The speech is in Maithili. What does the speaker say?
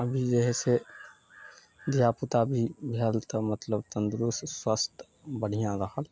अभी जे हइ से धिया पूता भी भेल तऽ मतलब तन्दूरूस्त स्वस्थ बढ़िआँ रहल